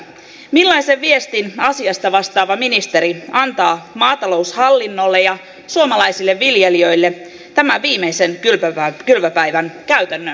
millaisen viestin asiasta vastaava ministeri antaa maataloushallinnolle ja suomalaisille viljelijöille tämän viimeisen kylvöpäivän käytännön toteutuksesta